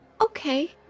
Okay